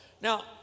Now